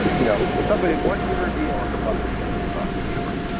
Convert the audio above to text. you know, somebody what? either me or her mother will get it across, i'm sure